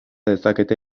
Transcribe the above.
dezakete